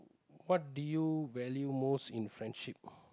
what do you value most in friendship